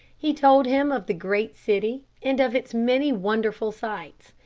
he told him of the great city, and of its many wonderful sights.